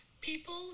People